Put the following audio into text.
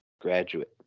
graduate